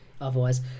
Otherwise